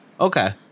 Okay